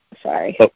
Sorry